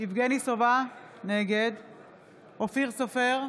יבגני סובה, נגד אופיר סופר,